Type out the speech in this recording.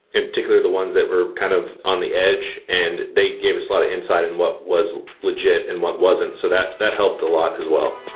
in particular, the ones that we're kind of on the edge and they give us a lot of insight in what was legit and what wasn't. so that that helped a lot as well.